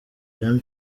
jean